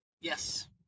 Yes